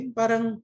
parang